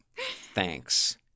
Thanks